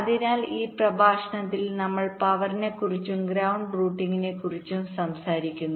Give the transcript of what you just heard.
അതിനാൽ ഈ പ്രഭാഷണത്തിൽ നമ്മൾ പവർ നെ കുറിച്ചും ഗ്രൌണ്ട് റൂട്ടിംഗിനെക്കുറിച്ചും സംസാരിക്കുന്നു